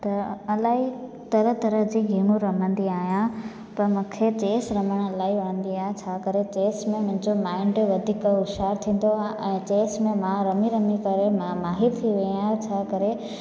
त इलाही तरह तरह जी गेमूं रमंदी आहियां त मूंखे चेस रमण इलाही वणंदी आहे छा करे चेस में मुंहिंजो माइंड वधीक होशारु थींदो आहे ऐं चेस में मां रमे रमे करे माहिर थी वई आहियां छा करे